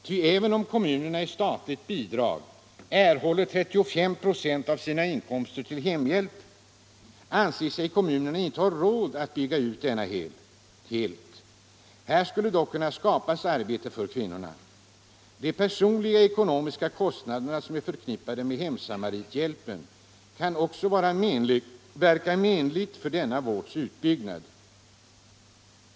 Ty även om kommunerna i statligt bidrag erhåller 35 ?6 av sina kostnader för hemhjälp, anser sig kommunerna inte ha råd att bygga ut denna helt. Här skulle dock kunna skapas arbete för kvinnorna. De personliga ekonomiska utgifter som är förknippade med hemsamarithjälpen kan också inverka menligt på denna vårds utbyggnad.